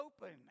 open